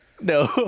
No